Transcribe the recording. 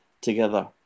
together